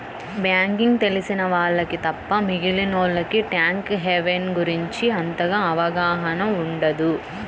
banking తెలిసిన వారికి తప్ప మిగిలినోల్లకి ట్యాక్స్ హెవెన్ గురించి అంతగా అవగాహన ఉండదు